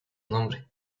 nombre